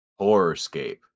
Horrorscape